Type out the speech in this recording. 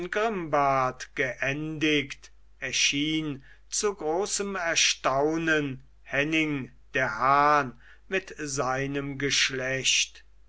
grimbart geendigt erschien zu großem erstaunen henning der hahn mit seinem geschlecht